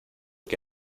que